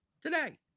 today